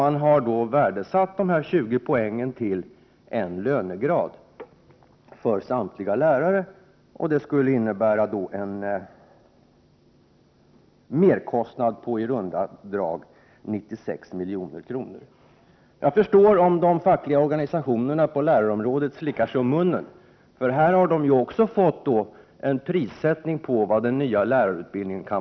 Man har därvid värdesatt dessa 20 poäng till att motsvara en lönegrad för samtliga lärare, vilket skulle innebära en merkostnad på i runt tal 96 milj.kr. Jag kan förstå om lärarnas fackliga organisationer slickar sig om munnen, för också här har de ju så att säga fått veta vilket pris som sätts på den nya lärarutbildningen.